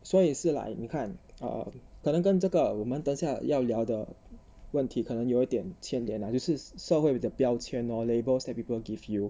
所以是 like 你看 uh 可能跟这个我们等下要聊的问题可能有点牵连那就是社会的标签 lor labels that people give you